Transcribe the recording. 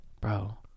Bro